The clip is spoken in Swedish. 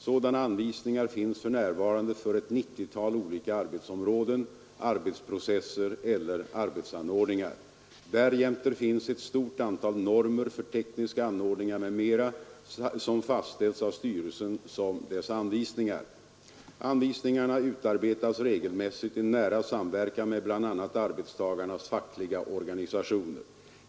Sådana anvisningar finns för närvarande för ett nittiotal olika arbetsområden, arbetsprocesser eller arbetsanordningar. Därjämte finns ett stort antal normer för tekniska anordningar m.m. Anvisningarna utarbetas regelmässigt i nära samverkan med bl.a. arbetstagarnas fackliga organisationer.